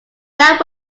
that